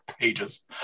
pages